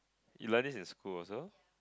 you learn this in school also